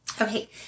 Okay